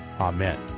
Amen